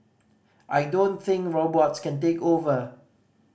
I don't think robots can take over